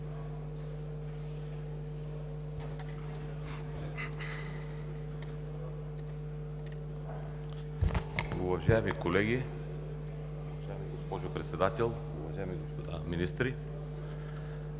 Уважаеми колеги, госпожо Председател, уважаеми господа министри!